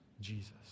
Jesus